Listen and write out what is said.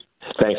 Thanks